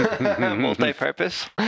Multi-purpose